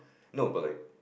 no but like